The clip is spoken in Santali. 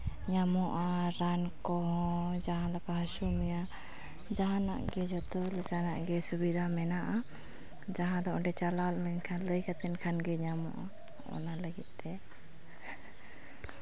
ᱧᱟᱢᱚᱜᱼᱟ ᱨᱟᱱ ᱠᱚ ᱦᱚᱸ ᱡᱟᱦᱟᱸ ᱞᱮᱠᱟ ᱦᱟᱹᱥᱩ ᱢᱮᱭᱟ ᱡᱟᱦᱟᱱᱟᱜ ᱜᱮ ᱡᱚᱛᱚ ᱞᱮᱠᱟᱱᱟᱜ ᱜᱮ ᱥᱩᱵᱤᱫᱟ ᱢᱮᱱᱟᱜᱼᱟ ᱡᱟᱦᱟᱸ ᱫᱚ ᱚᱸᱰᱮ ᱪᱟᱞᱟᱣ ᱞᱮᱱᱠᱷᱟᱱ ᱞᱟᱹᱭ ᱠᱟᱛᱮ ᱠᱷᱟᱱ ᱜᱮ ᱧᱟᱢᱚᱜᱼᱟ ᱚᱱᱟ ᱞᱟᱹᱜᱤᱫᱛᱮ